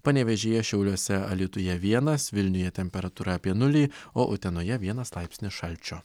panevėžyje šiauliuose alytuje vienas vilniuje temperatūra apie nulį o utenoje vienas laipsnis šalčio